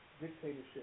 dictatorship